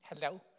Hello